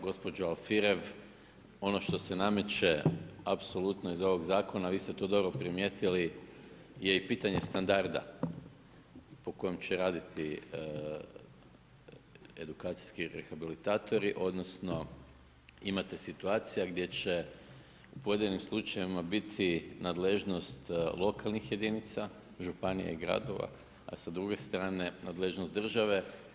Gospođo Alfirev, ono što se nameće apsolutno iz ovog zakona, vi ste to dobro primijetili je i pitanje standarda po kojem će raditi edukacijski rehabilitatori odnosno imate situacija gdje će u pojedinim slučajevima biti nadležnost lokalnih jedinica, županija i gradova, a sa druge strane nadležnost države.